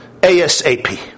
ASAP